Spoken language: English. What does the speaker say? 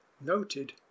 noted